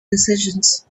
decisions